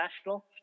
national